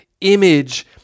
image